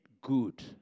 good